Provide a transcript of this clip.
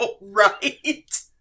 right